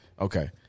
Okay